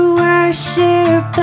worship